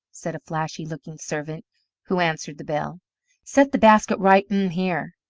said a flashy-looking servant who answered the bell set the basket right m here.